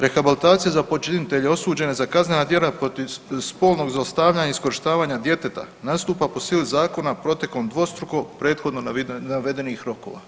Rehabilitacija za počinitelje osuđene za kaznena djela protiv spolnog zlostavljanja i iskorištavanja djeteta nastupa po sili zakona protekom dvostruko prethodno navedenih rokova.